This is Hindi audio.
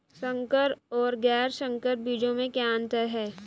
संकर और गैर संकर बीजों में क्या अंतर है?